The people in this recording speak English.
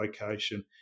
location